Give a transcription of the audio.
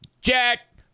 Jack